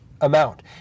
amount